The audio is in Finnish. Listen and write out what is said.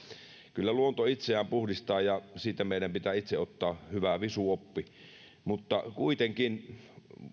kyllä luonto itseään puhdistaa ja siitä meidän pitää itse ottaa hyvä visu oppi mutta kuitenkin